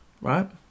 Right